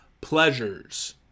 pleasures